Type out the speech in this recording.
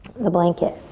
the blanket.